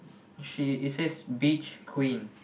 she it says beach queen